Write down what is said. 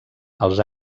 els